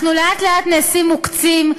אנחנו לאט-לאט נעשים מוקצים,